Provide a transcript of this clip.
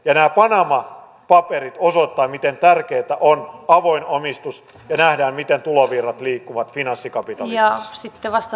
nämä panama paperit osoittavat miten tärkeätä on avoin omistus ja että nähdään miten tulovirrat liikkuvat finanssikapitalismissa